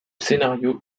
scénario